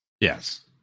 Yes